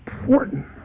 important